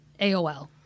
AOL